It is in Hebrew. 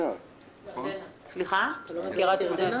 ירדנה,